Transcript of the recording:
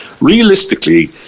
Realistically